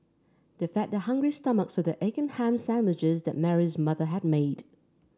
they fed their hungry stomachs with the egg and ham sandwiches that Mary's mother had made